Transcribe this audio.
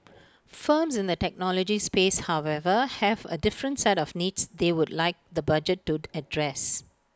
firms in the technology space however have A different set of needs they would like the budget to address